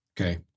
Okay